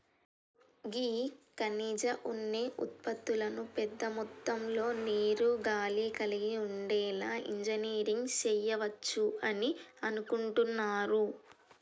గీ ఖనిజ ఉన్ని ఉత్పతులను పెద్ద మొత్తంలో నీరు, గాలి కలిగి ఉండేలా ఇంజనీరింగ్ సెయవచ్చు అని అనుకుంటున్నారు